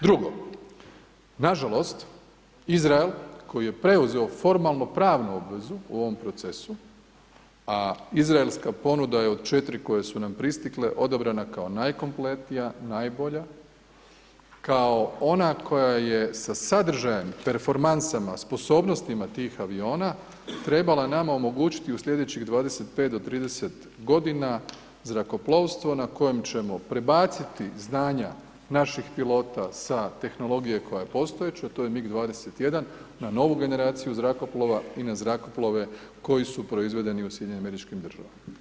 Drugo, nažalost Izrael koji je preuzeo formalnopravnu obvezu ovom procesu, a izraelska ponuda je od 4 koje su nam pristigle odabrana kao najkompletnija, najbolja, kao ona koja je sa sadržajem, performansama, sposobnostima tih aviona, trebala nama omogućiti u slijedećih 25 do 30 godina zrakoplovstvo na kojem ćemo prebaciti znanja naših pilota sa tehnologije koja je postojeća to je MIG 21 na novu generaciju zrakoplova i na zrakoplove koji su proizvedeni u SAD-u.